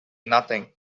nothing